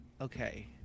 okay